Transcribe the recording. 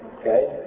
Okay